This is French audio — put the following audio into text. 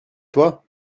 toi